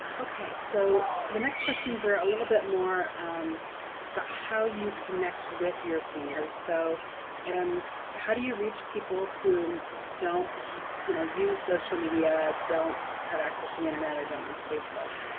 okay, so the next questions are a little bit more about um but how you connect with your seniors, so and how do you reach people who don't you know use social media, don't have access to the internet or don't use facebook?